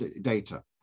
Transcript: data